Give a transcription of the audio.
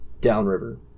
downriver